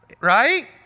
Right